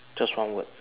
just one word